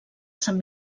sant